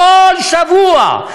בכל שבוע.